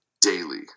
daily